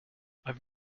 have